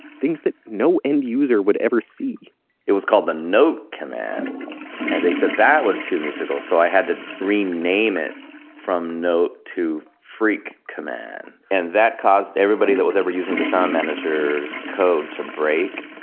things that no end user would ever see it was called the note command and they said that was too musical so i had to rename it from note to freq command. and that cause everybody that was ever using the sound manager's code to break.